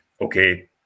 okay